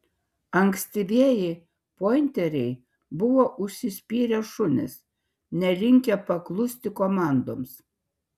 ankstyvieji pointeriai buvo užsispyrę šunys nelinkę paklusti komandoms